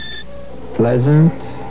Pleasant